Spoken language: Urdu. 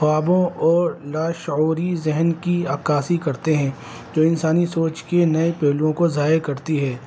خوابوں اور لا شعوری ذہن کی عکاسی کرتے ہیں جو انسانی سوچ کے نئے پہلوؤں کو ظاہر کرتی ہے